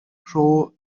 rho